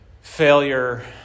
failure